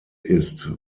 ist